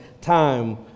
time